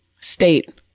state